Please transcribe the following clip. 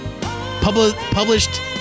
published